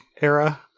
era